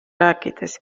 rääkides